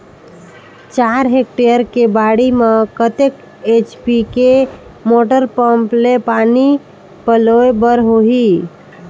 चार हेक्टेयर के बाड़ी म कतेक एच.पी के मोटर पम्म ले पानी पलोय बर होही?